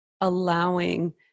allowing